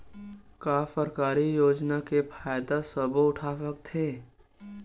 का सरकारी योजना के फ़ायदा सबो उठा सकथे?